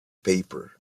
paper